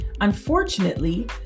Unfortunately